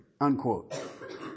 unquote